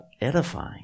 edifying